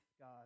God